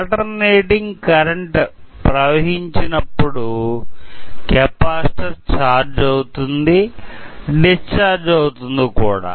alternating current ప్రవహించినప్పుడు capacitor charge అవుతుంది discharge అవుతుంది కూడా